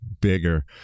bigger